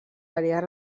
àrees